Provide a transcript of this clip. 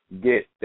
get